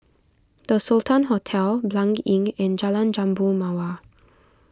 the Sultan Hotel Blanc Inn and Jalan Jambu Mawar